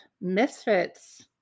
misfits